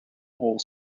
hole